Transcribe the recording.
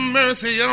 mercy